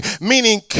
meaning